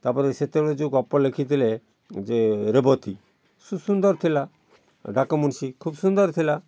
ତା'ପରେ ସେତେବେଳେ ଯେଉଁ ଗପ ଲେଖିଥିଲେ ଯେ ରେବତୀ ସେ ସୁନ୍ଦର ଥିଲା ଡାକମୁନସୀ ଖୁବ ସୁନ୍ଦର ଥିଲା